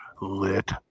lit